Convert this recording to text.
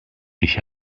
ich